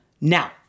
Now